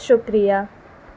شکریہ